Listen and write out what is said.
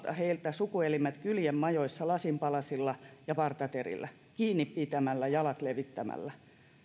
heiltä sukuelimet kylien majoissa lasinpalasilla ja partaterillä kiinni pitämällä jalat levittämällä